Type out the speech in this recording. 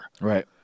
Right